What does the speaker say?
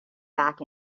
back